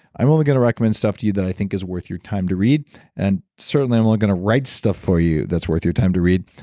i'm only going to recommend stuff to you that i think is worth your time to read and certainly i'm only going to write stuff for you that's worth your time to read.